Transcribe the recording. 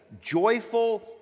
joyful